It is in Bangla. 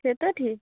সে তো ঠিক